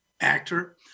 actor